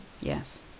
Yes